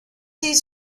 sie